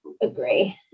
Agree